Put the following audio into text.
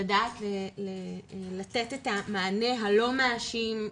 לדעת לתת את המענה הלא מאשים,